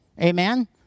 Amen